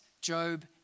Job